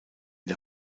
der